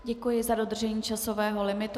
Děkuji za dodržení časového limitu.